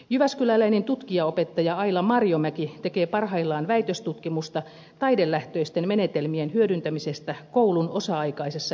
jyväskyläläinen tutkija opettaja aila marjomäki tekee parhaillaan väitöstutkimusta taidelähtöisten menetelmien hyödyntämisestä koulun osa aikaisessa erityisopetuksessa